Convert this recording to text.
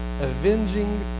avenging